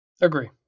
Agree